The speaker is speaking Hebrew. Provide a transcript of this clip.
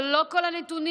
אבל לא כל הנתונים.